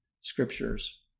scriptures